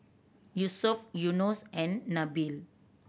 Yusuf Yunos and Nabil